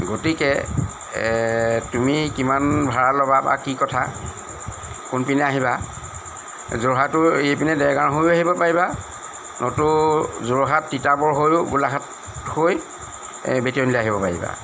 গতিকে তুমি কিমান ভাড়া ল'বা বা কি কথা কোনপিনে আহিবা যোৰহাটোৱে এই পিনে দেৰগাঁও হৈও আহিব পাৰিবা নতু যোৰহাট তিতাবৰ হৈও গোলাঘাট হৈ আহিব পাৰিবা